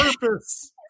purpose